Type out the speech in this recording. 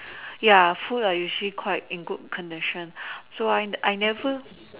ya food is quite in good condition so I never